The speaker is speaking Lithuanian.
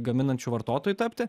gaminančiu vartotoju tapti